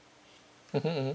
mmhmm